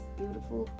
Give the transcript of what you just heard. beautiful